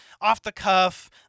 off-the-cuff